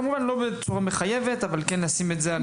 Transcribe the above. כמובן לא בצורה מחייבת אבל כן לשים את זה על סדר היום.